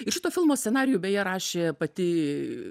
ir šito filmo scenarijų beje rašė pati